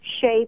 shape